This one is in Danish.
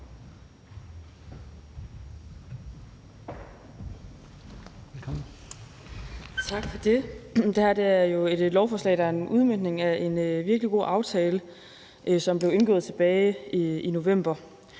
Tak for det. Det her er jo et lovforslag, der er en udmøntning af en virkelig god aftale, som blev indgået tilbage i november.